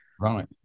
right